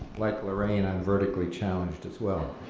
like lorraine i'm vertically challenged, as well.